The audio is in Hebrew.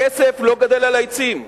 הכסף לא גדל על העצים.